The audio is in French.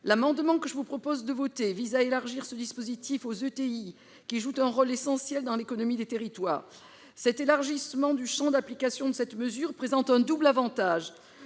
L'amendement que je vous propose de voter vise à élargir ce dispositif aux entreprises de taille intermédiaire (ETI), qui jouent un rôle essentiel dans l'économie des territoires. L'élargissement du champ d'application de cette mesure présente un double avantage